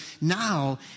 Now